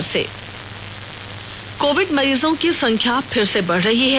शुरुआत कोविड मरीजों की संख्या फिर से बढ़ रही है